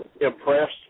impressed